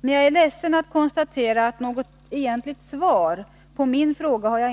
Men jag är ledsen över att jag inte har fått något egentligt svar på min fråga.